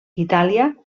itàlia